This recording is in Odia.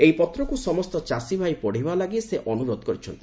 ଏହି ପତ୍ରକୁ ସମସ୍ତ ଚାଷୀଭାଇ ପଢ଼ିବା ଲାଗି ସେ ଅନୁରୋଧ କରିଛନ୍ତି